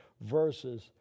verses